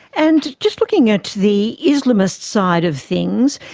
and just looking at the islamist side of things,